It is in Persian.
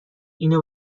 اینو